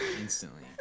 instantly